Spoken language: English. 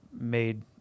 made